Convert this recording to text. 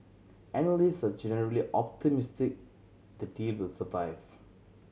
analyst are generally optimistic the deal will survive